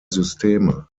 systeme